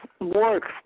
works